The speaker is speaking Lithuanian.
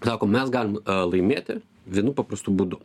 sako mes galim laimėti vienu paprastu būdu